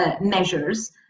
measures